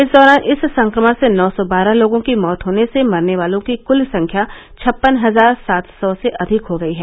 इस दौरान इस संक्रमण से नौ सौ बारह लोगों की मौत होने से मरने वालों की कुल संख्या छप्पन हजार सात सौ से अधिक हो गई है